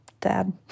dad